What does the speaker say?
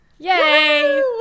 Yay